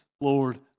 Lord